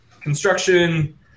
construction